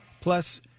Plus